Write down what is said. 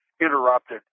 interrupted